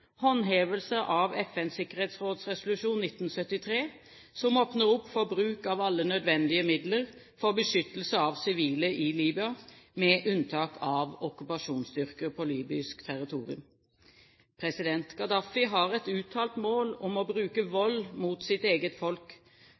håndhevelse av FNs sikkerhetsrådresolusjon 1973, som åpner opp for bruk av alle nødvendige midler for beskyttelse av sivile i Libya, med unntak av okkupasjonsstyrker på libysk territorium. Gaddafi har et uttalt mål om å bruke vold mot sitt eget folk,